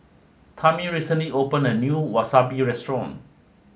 Tami recently opened a new Wasabi Restaurant